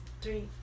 Three